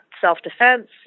self-defense